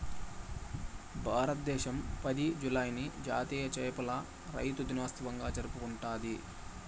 భారతదేశం పది, జూలైని జాతీయ చేపల రైతుల దినోత్సవంగా జరుపుకుంటాది